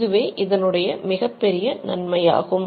இது இதனுடைய மிகப்பெரிய நன்மையாகும்